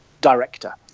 director